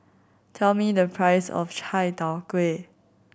tell me the price of Chai Tow Kuay